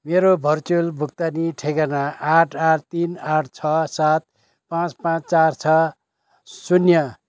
मेरो भर्चुअल भुक्तानी ठेगाना आठ आठ तिन आठ छ सात पाँच पाँच चार छ शून्य